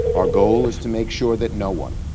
our goal is to make sure that no one,